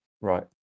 Right